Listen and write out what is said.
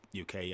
uk